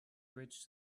bridge